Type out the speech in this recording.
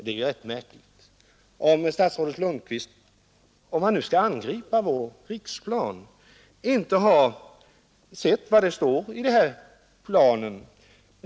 Det är rätt märkligt, om statsrådet Lundkvist angriper vår riksplan men inte har sett vad som står i planen.